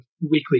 weekly